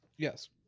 Yes